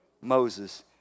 Moses